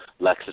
Lexus